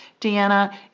Deanna